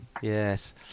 Yes